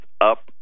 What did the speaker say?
up